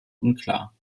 unklar